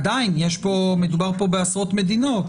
עדיין מדובר פה בעשרות מדינות.